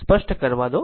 સ્પષ્ટ કરવા દો